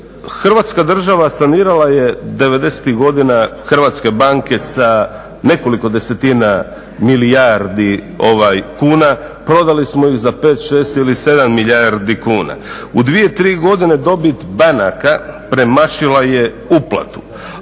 Hrvatska država sanirala je devedesetih godina hrvatske banke sa nekoliko desetina milijardi kuna, prodali smo ih za 5, 6 ili 7 milijardi kuna. U 2, 3 godine dobit banaka premašila je uplatu.